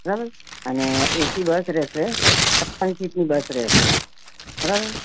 બરાબર અને A C bus રહેશે છપ્પન સીટની બસ રહેશે બરાબર